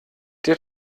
der